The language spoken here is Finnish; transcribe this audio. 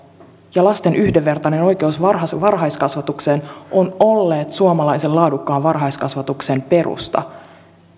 ja lasten yhdenvertainen oikeus varhaiskasvatukseen ovat olleet suomalaisen laadukkaan varhaiskasvatuksen perusta